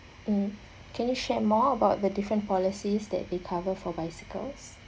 mm can you share more about the different policies that they cover for bicycles